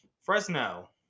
Fresno